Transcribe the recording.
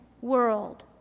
world